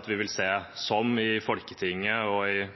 at vi vil se – som i Folketinget i Danmark og i